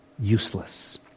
useless